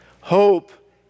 Hope